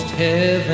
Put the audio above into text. heaven